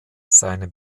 seine